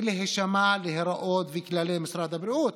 ולהישמע להוראות וכללי משרד הבריאות.